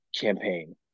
campaign